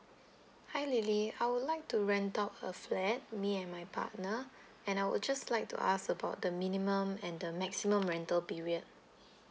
hi lily I would like to rent out a flat me and my partner and I would just like to ask about the minimum and the maximum rental period